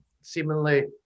seemingly